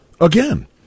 Again